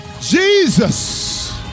Jesus